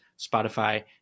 Spotify